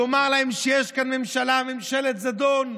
לומר להם שיש כאן ממשלת זדון,